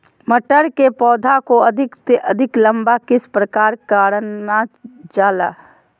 मटर के पौधा को अधिक से अधिक लंबा किस प्रकार कारण जाला?